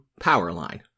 Powerline